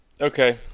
okay